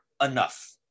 enough